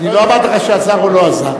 לא אמרתי לך שעזר או לא עזר.